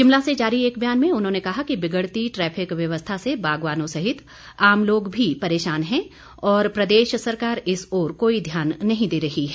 शिमला से जारी एक बयान में उन्होंने कहा कि बिगड़ती ट्रैफिक व्यवस्था से बागवानों सहित आम लोग भी परेशान हैं और प्रदेश सरकार इस ओर कोई ध्यान नहीं दे रही है